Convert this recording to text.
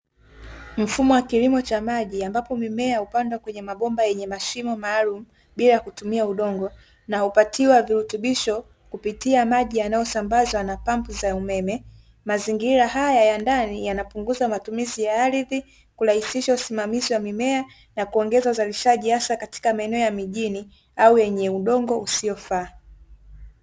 Mfumo wa kilimo cha maji, ambapo mimea hupandwa kwenye mabomba yenye mashimo maalum bila kutumia udungo, na hupatiwa virutubisho kupitia maji yanayosambazwa na pampu za umeme. Mazingira haya ya ndani yanapunguza matumizi ya ardhi, kurahisisha usimamizi wa mimea na kuongeza uzalishaji hasa katika maeneo ya mijini au yenye udongo usiofaa.